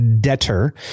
Debtor